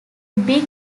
big